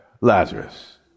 Lazarus